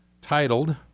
titled